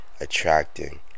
attracting